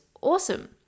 awesome